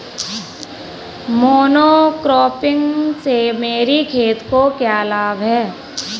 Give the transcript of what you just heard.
Monocropping से मेरी खेत को क्या लाभ होगा?